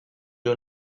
you